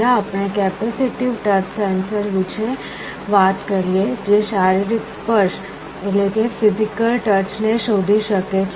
પહેલાં આપણે capacitive touch sensor વિશે વાત કરીએ જે શારીરિક સ્પર્શ ને શોધી શકે છે